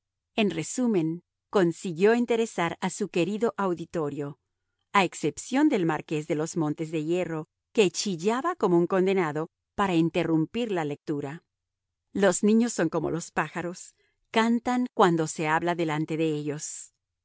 en resumen consiguió interesar a su querido auditorio a excepción del marqués de los montes de hierro que chillaba como un condenado para interrumpir la lectura los niños son como los pájaros cantan cuando se habla delante de ellos